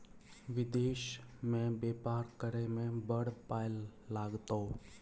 विदेश मे बेपार करय मे बड़ पाय लागतौ